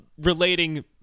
relating